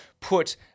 put